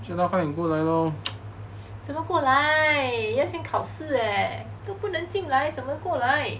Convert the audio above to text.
怎么过来要先考试 leh 都不能进来怎么过来